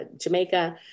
Jamaica